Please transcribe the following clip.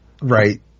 right